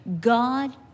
God